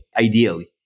ideally